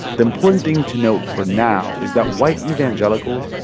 the important thing to note for now is that white evangelicals,